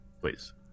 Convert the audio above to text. Please